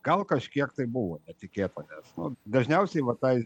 gal kažkiek tai buvo netikėta nes nu dažniausiai va tai